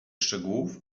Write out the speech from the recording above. szczegółów